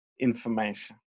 information